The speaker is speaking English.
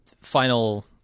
final